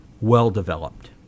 Well-developed